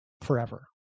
forever